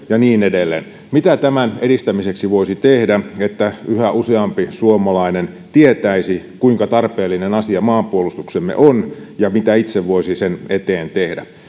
ja niin edelleen mitä sen edistämiseksi voisi tehdä että yhä useampi suomalainen tietäisi kuinka tarpeellinen asia maanpuolustuksemme on ja mitä itse voisi sen eteen tehdä